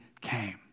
came